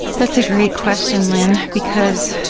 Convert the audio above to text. that's a great question lynne, because,